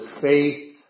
faith